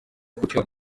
gutyo